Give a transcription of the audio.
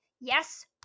Yes